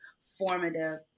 formative